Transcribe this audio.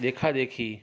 देखा देखी